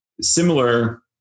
similar